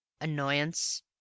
Annoyance